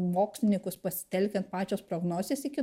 mokslinykus pasitelkiant pačios prognozės iki